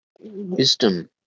wisdom